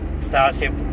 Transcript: starship